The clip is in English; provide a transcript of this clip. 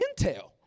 intel